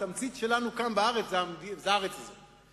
התמצית שלנו כאן בארץ היא הארץ הזאת.